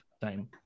time